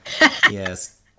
yes